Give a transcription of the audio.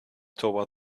toward